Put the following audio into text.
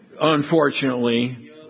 unfortunately